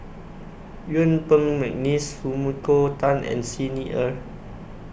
Yuen Peng Mcneice Sumiko Tan and Xi Ni Er